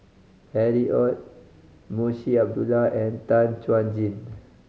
Harry Ord Munshi Abdullah and Tan Chuan Jin